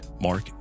Mark